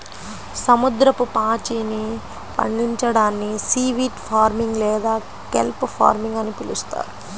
సముద్రపు పాచిని పండించడాన్ని సీవీడ్ ఫార్మింగ్ లేదా కెల్ప్ ఫార్మింగ్ అని పిలుస్తారు